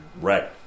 Right